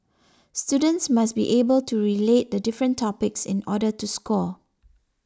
students must be able to relate the different topics in order to score